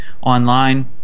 online